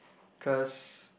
cause